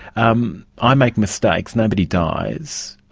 um i make mistakes, nobody dies.